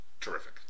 terrific